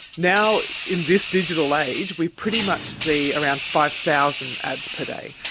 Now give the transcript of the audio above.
now in this digital age we pretty much see around five thousand ads per day.